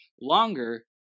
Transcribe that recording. longer